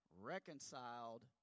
Reconciled